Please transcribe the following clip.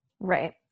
Right